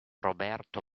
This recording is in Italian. roberto